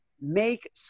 Make